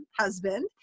husband